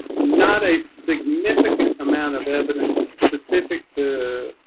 not a significant amount of evidence specific to